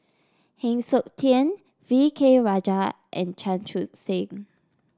Heng Siok Tian V K Rajah and Chan Chun Sing